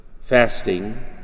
fasting